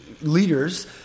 leaders